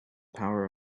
power